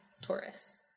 Taurus